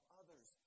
others